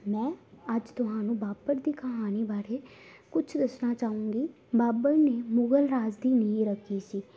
ਮੈਂ ਅੱਜ ਤੁਹਾਨੂੰ ਬਾਬਰ ਦੀ ਕਹਾਣੀ ਬਾਰੇ ਕੁਛ ਦੱਸਣਾ ਚਾਹਾਂਗੀ ਬਾਬਰ ਨੇ ਮੁਗਲ ਰਾਜ ਦੀ ਨੀਂਹ ਰੱਖੀ ਸੀ